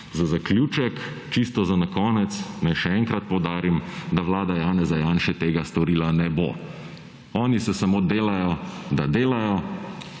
Za zaključek, čisto za na konec naj še enkrat poudarim, da Vlada Janeza Janše tega storila ne bo. Oni se samo delajo, da delajo